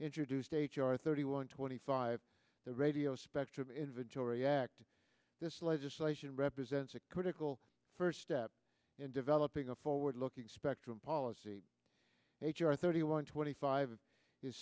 introduced h r thirty one twenty five the radio spectrum inventory act this legislation represents a critical first step in developing a forward looking spectrum policy h r thirty one twenty five